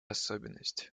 особенность